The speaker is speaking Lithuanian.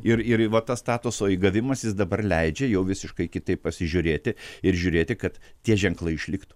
ir ir va tas statuso įgavimas jis dabar leidžia jau visiškai kitaip pasižiūrėti ir žiūrėti kad tie ženklai išliktų